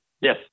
Yes